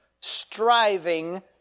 striving